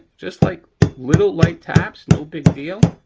just like little light taps. no big deal.